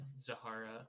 Zahara